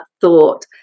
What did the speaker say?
thought